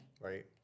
right